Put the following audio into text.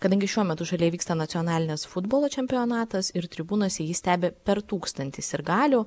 kadangi šiuo metu šalyje vyksta nacionalinis futbolo čempionatas ir tribūnose jį stebi per tūkstantį sirgalių